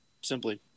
simply